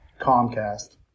Comcast